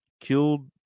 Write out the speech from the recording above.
killed